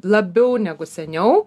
labiau negu seniau